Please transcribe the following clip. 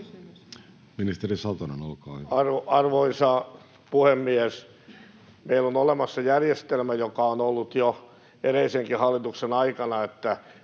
Time: 16:17 Content: Arvoisa puhemies! Meillä on olemassa järjestelmä, joka on ollut jo edellisenkin hallituksen aikana, että